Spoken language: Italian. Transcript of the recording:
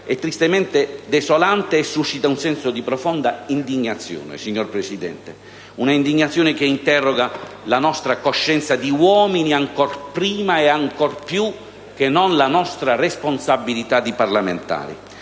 è tristemente desolante e suscita un senso di profonda indignazione, signora Presidente; un'indignazione che interroga la nostra coscienza di uomini ancor prima e ancor più che non la nostra responsabilità di parlamentari.